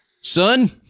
Son